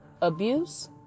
abuse